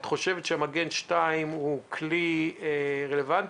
את חושבת שהמגן 2 הוא כלי רלוונטי,